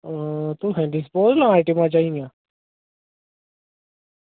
तुसें डिस्पोजलां चाही दियां किन्नियां चाही दियां